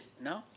no